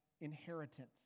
inheritance